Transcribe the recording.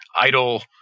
Idle